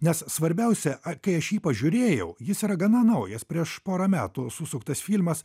nes svarbiausia kai aš jį pažiūrėjau jis yra gana naujas prieš porą metų susuktas filmas